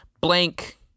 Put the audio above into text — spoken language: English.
Blank